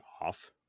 off